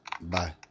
Bye